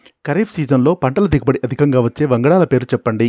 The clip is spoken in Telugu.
ఖరీఫ్ సీజన్లో పంటల దిగుబడి అధికంగా వచ్చే వంగడాల పేర్లు చెప్పండి?